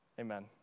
Amen